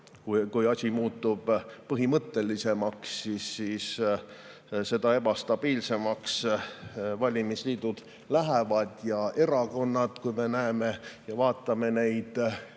kui asi muutub põhimõttelisemaks, siis seda ebastabiilsemaks valimisliidud lähevad. Erakonnad, kui me vaatame neid